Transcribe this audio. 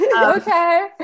Okay